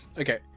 Okay